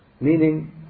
Meaning